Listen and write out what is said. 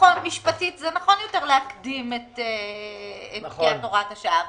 משפטית זה נכון יותר להקדים את פקיעת הוראת השעה.